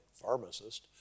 pharmacist